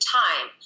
time